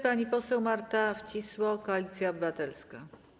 Pani poseł Marta Wcisło, Koalicja Obywatelska.